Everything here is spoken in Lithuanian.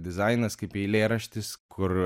dizainas kaip eilėraštis kur